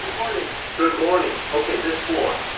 morning. good morning. okay, this floor,